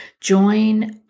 Join